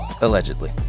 Allegedly